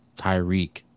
Tyreek